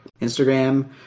Instagram